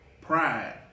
pride